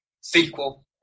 sequel